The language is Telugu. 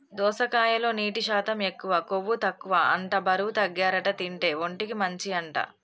దోసకాయలో నీటి శాతం ఎక్కువ, కొవ్వు తక్కువ అంట బరువు తగ్గుతారట తింటే, ఒంటికి మంచి అంట